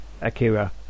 Akira